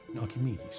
Archimedes